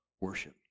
worship